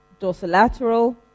dorsolateral